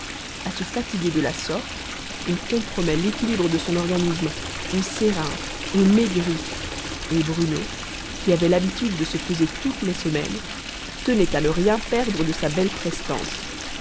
a se fatiguer de la sorte on compromet l'équilibre de son organisme on s'éreinte on maigrit et bruno qui avait l'habitude de se peser toutes les semaines tenait à ne rien perdre de sa belle prestance